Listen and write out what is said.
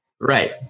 Right